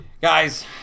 Guys